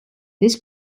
this